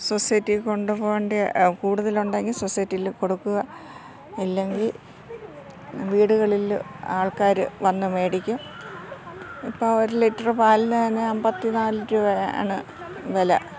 society കൊണ്ടു പോകേണ്ടത് കൂടുതൽ ഉണ്ടെങ്കിൽ സൊസൈറ്റിയിൽ കൊടുക്കുക ഇല്ലെങ്കിൽ വീടുകളിൽ ആൾക്കാർ വന്നു മേടിക്കും ഇപ്പം ഒരു ലിറ്ററ് പാലിന് തന്നെ അമ്പത്തി നാല് രൂപയാണ് വില